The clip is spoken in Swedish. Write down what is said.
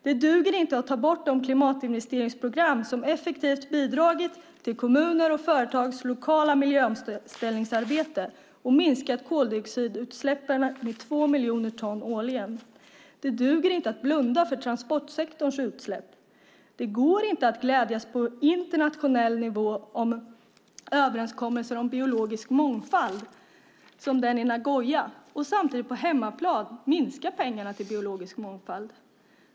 Det duger inte att ta bort de klimatinvesteringsprogram som effektivt bidragit till kommuners och företags lokala miljöomställningsarbete och minskat koldioxidutsläppen med 2 miljoner ton årligen. Det duger inte att blunda för transportsektorns utsläpp. Det går inte att glädjas åt överenskommelser om biologiskt mångfald på internationell nivå, som den i Nagoya, och samtidigt på hemmaplan minska pengarna till biologisk mångfald.